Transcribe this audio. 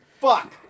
Fuck